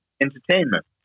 entertainment